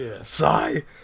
sigh